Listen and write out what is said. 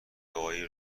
دعایی